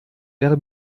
wäre